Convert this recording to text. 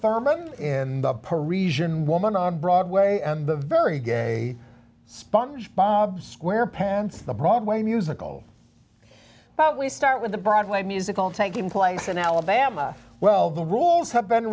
parisian woman on broadway and the very gay sponge bob square pants the broadway musical but we start with the broadway musical taking place in alabama well the rules have been